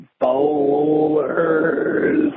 Bowlers